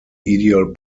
ideal